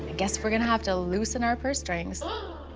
guess we're gonna have to loosen our purse strings. whoa!